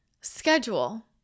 schedule